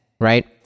right